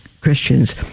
Christians